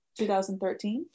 2013